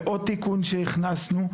עוד תיקון שהכנסנו,